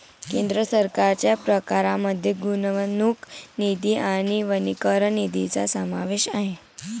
केंद्र सरकारच्या प्रकारांमध्ये गुंतवणूक निधी आणि वनीकरण निधीचा समावेश आहे